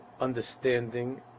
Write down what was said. understanding